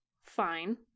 fine